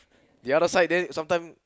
the other side there some time